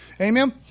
Amen